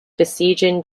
besieging